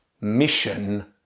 mission